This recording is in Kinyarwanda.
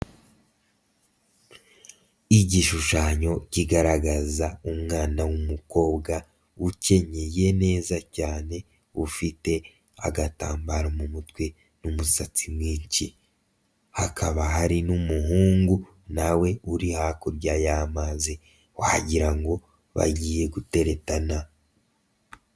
Igishushanyo kigaragaza umwana w'umukobwa ukenyeye neza cyane, ufite agatambaro mu mutwe n'umusatsi mwinshi, hakaba hari n'umuhungu na we uri hakurya y'amazi wagira ngo bagiye guteretana.